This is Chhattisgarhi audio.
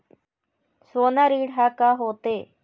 सोना ऋण हा का होते?